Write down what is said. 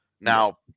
Now